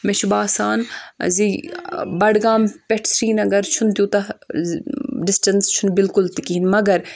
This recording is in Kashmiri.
مےٚ چھُ باسان زِ بَڈگام پؠٹھ سریٖنگر چھُنہٕ تیوٗتاہ ڈِسٹَنٕس چھُنہٕ بِلکُل تہِ کِہیٖنۍ مگر